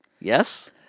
Yes